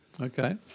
Okay